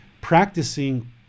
practicing